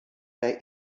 der